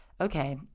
okay